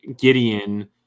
Gideon